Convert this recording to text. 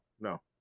no